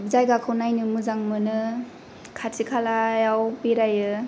जायगाखौ नायनो मोजां मोनो खाथि खालायाव बेरायो